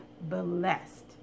blessed